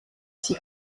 sie